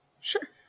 Sure